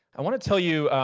i wanna tell you,